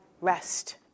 rest